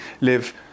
live